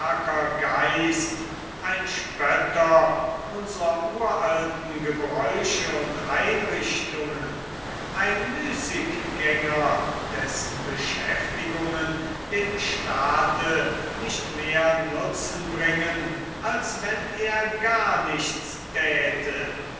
geist ein spötter unsrer uralten gebräuche und einrichtungen ein müßiggänger dessen beschäftigungen dem staate nicht mehr nutzen bringen als wenn er gar nichts täte